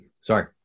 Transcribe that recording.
Sorry